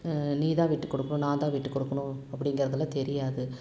நீ தான் விட்டுக் கொடுக்கணும் நான் தான் விட்டுக் கொடுக்கணும் அப்டிங்கிறதெல்லாம் தெரியாது